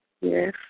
Yes